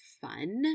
fun